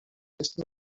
تایسون